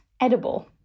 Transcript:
edible